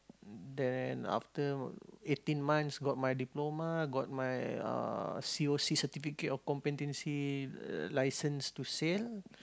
then after eighteen months got my diploma got my uh c_o_c certificate of competency license to sail